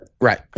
Right